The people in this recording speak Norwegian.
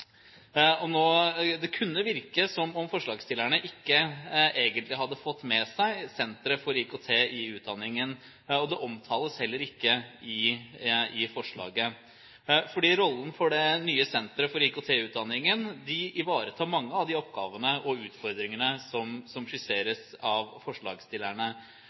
Det kunne virke som om forslagsstillerne ikke egentlig hadde fått med seg Senter for IKT i utdanningen, og det omtales heller ikke i forslaget, fordi rollen for det nye Senter for IKT i utdanningen ivaretar mange av de oppgavene og utfordringene som skisseres av forslagsstillerne.